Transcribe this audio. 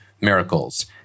miracles